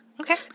Okay